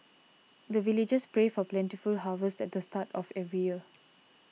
the villagers pray for plentiful harvest at the start of every year